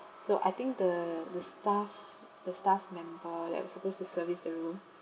so I think the the staff the staff member that was supposed to service the room